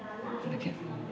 देखिऔ